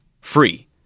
free